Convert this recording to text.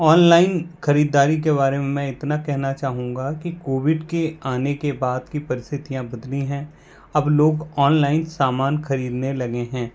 online ख़रीदारी के बारे में मैं इतना कहना चाहूँगा कि कोविड के आने के बाद की परिस्थितियाँ बदली हैं अब लोग ऑनलाइन सामान ख़रीदने लगे हैं